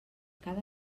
cada